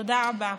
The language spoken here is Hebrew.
תודה רבה.